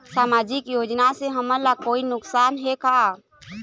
सामाजिक योजना से हमन ला कोई नुकसान हे का?